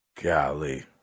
Golly